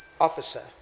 Officer